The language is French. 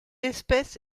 espèce